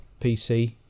pc